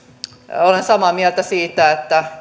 olen samaa mieltä siitä että